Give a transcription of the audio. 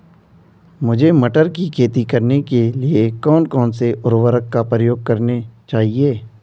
मुझे मटर की खेती करने के लिए कौन कौन से उर्वरक का प्रयोग करने चाहिए?